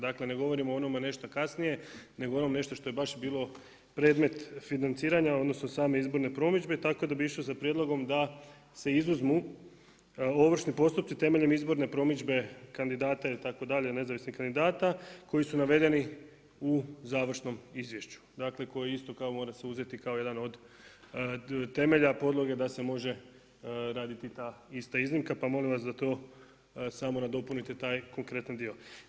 Dakle ne govorimo o onome nešto kasnije nego o onom nešto što je baš bilo predmet financiranja odnosno same izborne promidžbe, tako da bi išao sa prijedlogom da se izuzmu ovršni postupci temeljem izborne promidžbe kandidata itd. nezavisnih kandidata koji su navedeni u završnom izvješću koji se isto mora uzeti kao jedan od temelja podloge da se može raditi ta ista iznimka, pa molim vas da samo nadopunite taj konkretan dio.